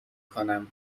کنم